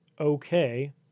okay